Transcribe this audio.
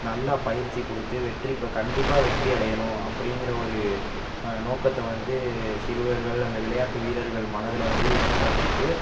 நல்லா பயிற்சி கொடுத்து வெற்றி கண்டிப்பாக வெற்றி அடையனும் அப்படிங்கிற ஒரு நோக்கத்தை வந்து சிறுவர்கள் அந்த விளையாட்டு வீரர்கள் மனதில் வந்து ஏற்படுத்திவிட்டு